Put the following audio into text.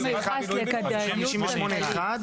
מיוחס לכדאיות כלכלית.